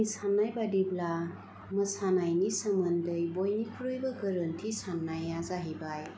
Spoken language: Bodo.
आंनि साननाय बादिब्ला मोसानायनि सोमोन्दै बयनिख्रुइबो गोरोन्थि साननाया जाहैबाय